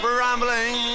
rambling